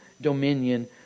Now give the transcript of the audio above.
dominion